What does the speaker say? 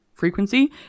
frequency